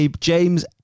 James